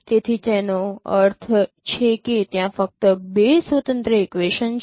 તેથી તેનો અર્થ છે કે ત્યાં ફક્ત બે સ્વતંત્ર ઇક્વેશન છે